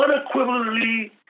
unequivocally